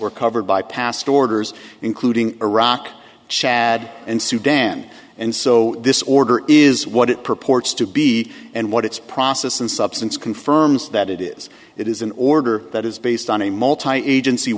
were covered by past orders including iraq chad and sudan and so this order is what it purports to be and what its process and substance confirms that it is it is an order that is based on a multiyear agency